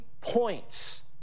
points